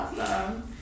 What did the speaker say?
Awesome